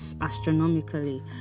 astronomically